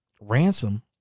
Ransom